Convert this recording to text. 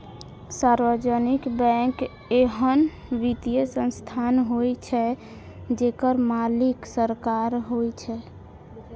सार्वजनिक बैंक एहन वित्तीय संस्थान होइ छै, जेकर मालिक सरकार होइ छै